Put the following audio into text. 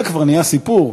זה כבר נהיה סיפור.